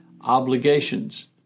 obligations